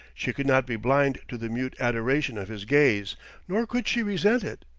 she could not be blind to the mute adoration of his gaze nor could she resent it.